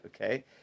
okay